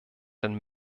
den